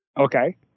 Okay